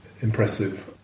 impressive